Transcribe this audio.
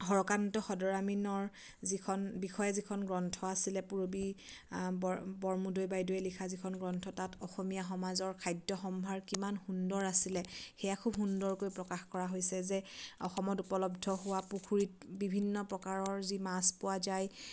হৰকান্ত সদৰামীনৰ যিখন বিষয়ে যিখন গ্ৰন্থ আছিলে পূৰ্ববী বৰ বৰ্মোদৈ বাইদেউৱে লিখা যিখন গ্ৰন্থ তাত অসমীয়া সমাজৰ খাদ্য সম্ভাৰ কিমান সুন্দৰ আছিলে সেয়া খুব সুন্দৰকৈ প্ৰকাশ কৰা হৈছে যে অসমত উপলব্ধ হোৱা পুখুৰীত বিভিন্ন প্ৰকাৰৰ যি মাছ পোৱা যায়